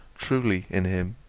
truly, in him.